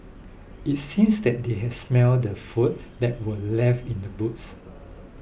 it seems that they had smelt the food that were left in the boots